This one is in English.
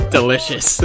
Delicious